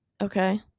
okay